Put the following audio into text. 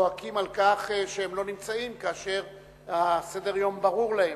זועקים על כך שהם לא נמצאים כאשר סדר-היום ברור להם.